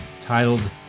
titled